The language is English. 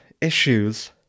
issues